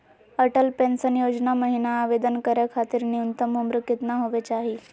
Atal pension योजना महिना आवेदन करै खातिर न्युनतम उम्र केतना होवे चाही?